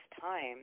time